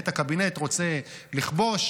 הקבינט רוצה לכבוש,